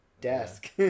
desk